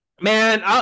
Man